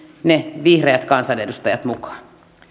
ne vihreät kansanedustajat mukaan